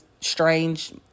strange